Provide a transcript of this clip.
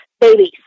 babies